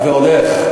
ועוד איך.